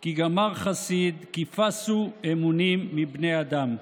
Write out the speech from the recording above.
כי גמר חסיד כי פסו אמונים מבני אדם".